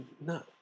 no